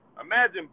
Imagine